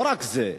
לא רק זה,